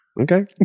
okay